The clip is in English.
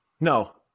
No